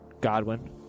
Godwin